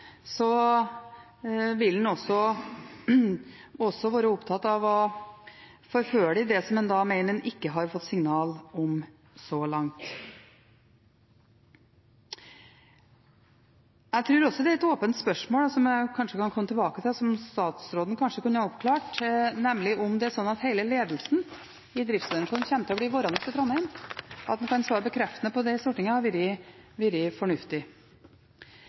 også vil være opptatt av å forfølge det som en mener en ikke har fått signal om så langt. Jeg tror også det er et åpent spørsmål – som jeg kanskje kunne komme tilbake til, og som statsråden kanskje kunne oppklart – om det er slik at hele ledelsen i driftsorganisasjonen kommer til å bli værende i Trondheim. Kunne han svart bekreftende på det i Stortinget, ville det vært fornuftig.